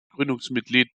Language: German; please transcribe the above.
gründungsmitglied